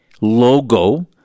logo